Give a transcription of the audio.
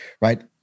right